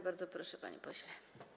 Bardzo proszę, panie pośle.